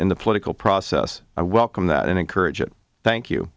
in the political process i welcome that and encourage it thank you